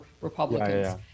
Republicans